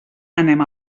anem